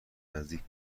نزدیک